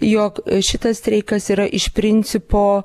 jog šitas streikas yra iš principo